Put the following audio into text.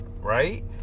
right